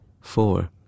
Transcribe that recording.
four